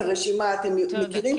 את הרשימה אתם מכירים,